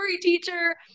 teacher